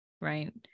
right